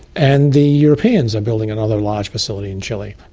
and the europeans are building another large facility in chile.